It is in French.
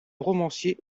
romancier